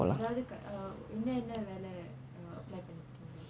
எதாவது கி~:ethaavathu ki~ uh என்ன என்ன வேல:enna enna vela uh apply பண்ணிருக்கிங்க:pannirukeenga